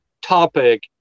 topic